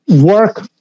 work